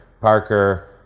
Parker